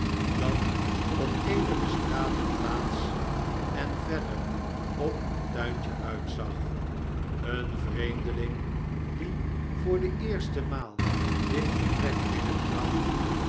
dat op eene bestrate plaats en verder op een tuintje uitzag een vreemtieling die voor de eerste maal dit vertrek